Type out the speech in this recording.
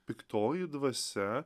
piktoji dvasia